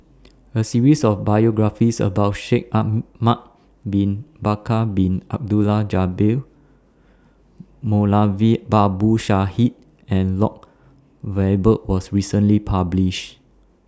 A series of biographies about Shaikh Ahmad Bin Bakar Bin Abdullah Jabbar Moulavi Babu Sahib and Lloyd Valberg was recently published